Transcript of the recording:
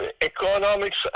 economics